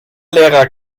lehrer